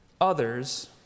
others